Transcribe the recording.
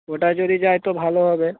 ওটায় যদি যায় তো ভালো হবে